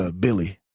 ah billy.